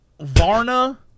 Varna